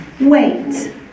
Wait